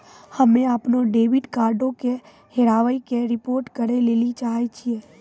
हम्मे अपनो डेबिट कार्डो के हेराबै के रिपोर्ट करै लेली चाहै छियै